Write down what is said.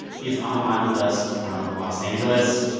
he is on the line with us from los angeles.